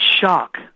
shock